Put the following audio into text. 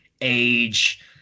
age